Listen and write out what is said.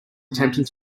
attempting